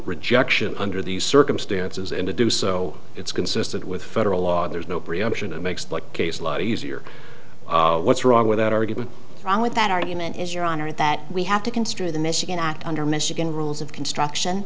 rejection under these circumstances and to do so it's consistent with federal law there's no preemption it makes the case a lot easier what's wrong with that argument wrong with that argument is your honor that we have to construe the michigan act under michigan rules of construction